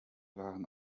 waren